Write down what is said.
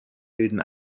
bieten